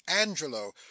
angelo